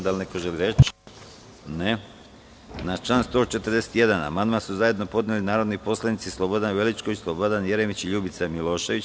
Da li neko želi reč? (Ne) Na član 141. amandman su zajedno podneli narodni poslanici Slobodan Veličković, Slobodan Jeremić i Ljubica Milošević.